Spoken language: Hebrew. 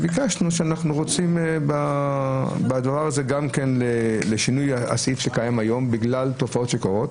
ביקשנו גם לשנות את הסעיף הקיים היום בגלל תופעות שקורות,